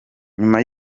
nyuma